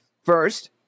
First